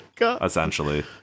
essentially